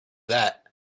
that